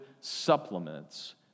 supplements